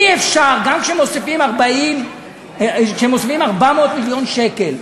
אי-אפשר, גם כשמוסיפים 400 מיליון שקל,